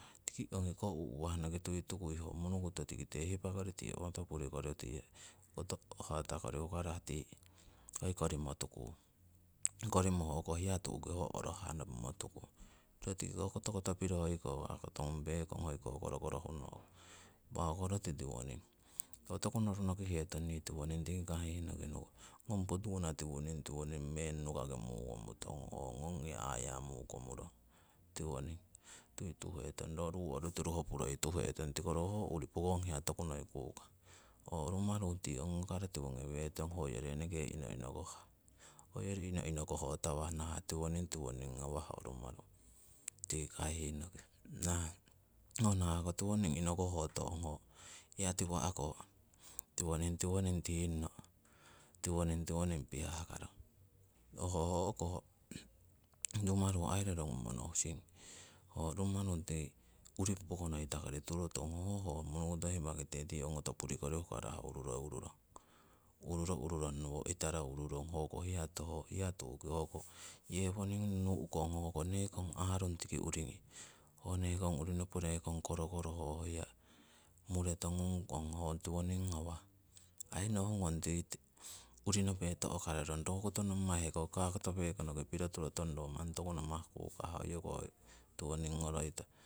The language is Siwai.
Tiki ongikoh u'wah noki tuitukui ho munukotoh tikite hipakori tii ongoto purikori tii koto hatakori hukarah tii hoi korimotukung. Korimo hoko hiya tu'ki ho orohah nopimotukung. Ro tikiko kotopiro hoiko kakoto ngung pekong hoiko korokoro huno'ku impa hoko roti tiwoning, ro toku noru nokihetong nii tiwoning tiki kahihnoki numong. Ngong potuwana tiwoning, tiwoning, meng nukaki mukomurong, o ngongi aya mukomurong, tiwoning tuituhetong. Ro ru orutiru hopuroi tuhetong tiko ro ho urii pokong hiya tokunoi kukah. Ho rumaru tii ongokaro tiwo ngewetong hoyori inoke inoinokawah, hoyori inoinokowotawah, nahah tiwoning, tiwoning ngawah ho rumaru tiki kahihnoki. Ho nahah ko tiwoning inokohotong ho hiya tiwa'ko tiwoning tiwoning tinno pihahkaro. Ho koh rumaru aii rorogumo nohusing ho rumanung tiki urii pokonoitakori turotong hoho aii ho munukoto hipa kite tii ongotoh purikori hukarah ururo ururong, ururo ururongnowo itaro ururong, hoko hiya tu'ki, hoko yewoning nu'kong tiki uringi, hoko arung tiki uringi, ho nekong urinopo nekong korokoro. ho hiya mure tongungkong, ho tiwoning ngawah. Ai nohungong tii urinope to'kairong, ro koto nommai hekoki kakoto pekonoki piro turotong ro manni tokunamah kukah hoyoko tiwoning ngoroitong.